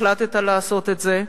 החלטת לעשות את זה,